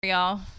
y'all